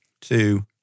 two